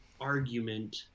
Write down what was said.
argument